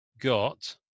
got